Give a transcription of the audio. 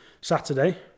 Saturday